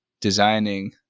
designing